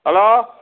hello